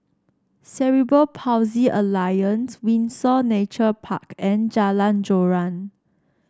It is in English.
Cerebral Palsy Alliance Windsor Nature Park and Jalan Joran